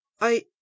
I